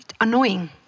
annoying